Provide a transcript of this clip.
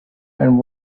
and